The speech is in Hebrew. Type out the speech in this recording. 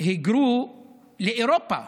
היגרו לאירופה,